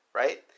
right